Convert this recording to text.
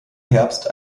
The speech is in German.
herbst